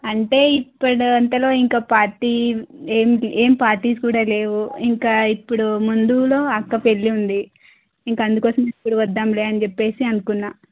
అంటే ఇప్పుడంతలో ఇంకా పార్టీ ఏం ఏం పార్టీస్ కూడా లేవు ఇంకా ఇప్పుడు ముందులో అక్క పెళ్ళి ఉంది ఇంక అందుకోసం అప్పుడు వద్దాంలే అని చెప్పేసి అనుకున్నాను